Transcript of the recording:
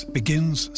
begins